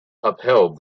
upheld